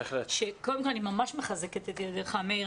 קודם כל אני ממש מחזקת את ידיך, מאיר.